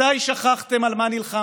מתי שכחתם על מה נלחמתם?